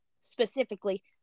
Specifically